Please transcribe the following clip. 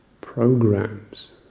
programs